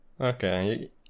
Okay